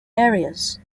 areas